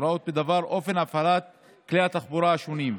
הוראות בדבר אופן הפעלת כלי התחבורה השונים,